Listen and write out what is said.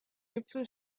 gipfel